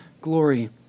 glory